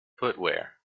footwear